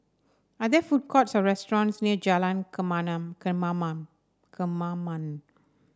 are there food courts or restaurants near Jalan Kemaman Kemaman